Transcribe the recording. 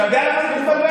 אתה יודע למה אני מתבלבל?